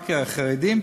רק לחרדים?